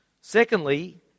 Secondly